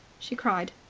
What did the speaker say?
she cried.